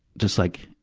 just like,